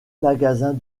magasin